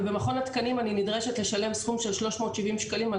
ובמכון התקנים אני נדרשת לשלם סכום של 370 שקלים על